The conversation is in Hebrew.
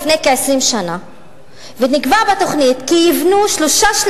זו פצצה שרובצת לפתחנו ולפתחה של מדינת